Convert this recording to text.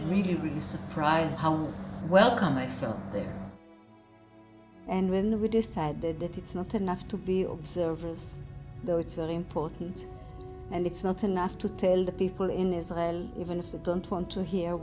really really surprised how well come i felt there and when we decided that it's not enough to be observers though it's really important and it's not enough to tell the people in israel even if they don't want to hear